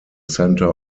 centre